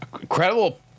Incredible